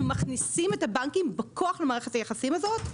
מכניסים את הבנקים בכוח למערכת היחסים הזאת.